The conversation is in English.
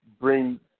bring